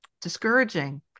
discouraging